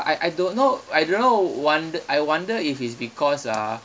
I I don't know I don't know wond~ I wonder if it's because uh